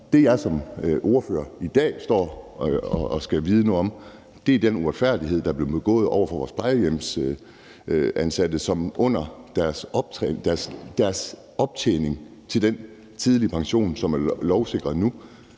Det, jeg som ordfører i dag står og skal vide noget om, er den uretfærdighed, der er blevet begået over for vores plejehjemsansatte, som under deres optjening til den tidlige pension, som er lovsikret nu,